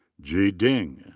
jie ding.